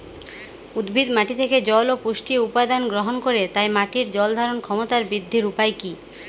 উদ্ভিদ মাটি থেকে জল ও পুষ্টি উপাদান গ্রহণ করে তাই মাটির জল ধারণ ক্ষমতার বৃদ্ধির উপায় কী?